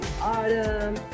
autumn